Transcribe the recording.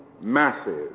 massive